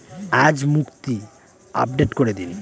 আজ মুক্তি আপডেট করে দিন